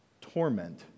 torment